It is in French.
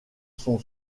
son